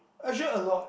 actually a lot